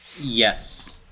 Yes